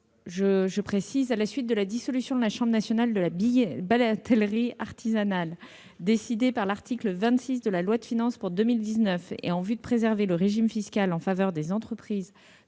2019. À la suite de la dissolution de la chambre nationale de la batellerie artisanale (CNBA), décidée par l'article 26 de la loi de finances pour 2019, et en vue de préserver le régime fiscal en faveur des entreprises